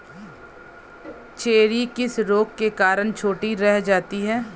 Cherry किस रोग के कारण छोटी रह जाती है?